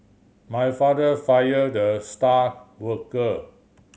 my father fire the star worker